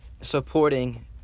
supporting